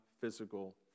physical